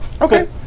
Okay